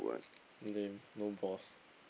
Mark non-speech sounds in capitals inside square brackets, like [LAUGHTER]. lame [BREATH] no balls [BREATH]